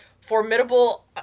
formidable